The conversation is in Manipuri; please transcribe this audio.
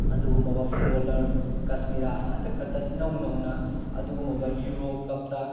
ꯑꯗꯨꯒꯨꯝꯂꯕ ꯐꯨꯠꯕꯣꯂꯔ ꯀꯥꯁꯃꯤꯔꯥ ꯍꯟꯗꯛ ꯈꯛꯇ ꯏꯅꯧ ꯅꯧꯅ ꯑꯗꯨꯒꯨꯝꯂꯕ ꯌꯨꯔꯣ ꯀꯞꯇ